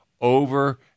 over